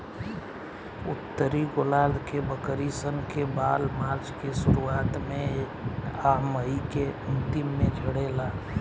उत्तरी गोलार्ध के बकरी सन के बाल मार्च के शुरुआत में आ मई के अन्तिम में झड़ेला